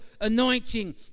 anointing